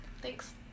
Thanks